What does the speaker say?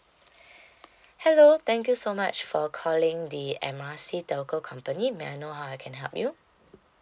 hello thank you so much for calling the M R C telco company may I know how I can help you